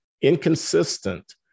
inconsistent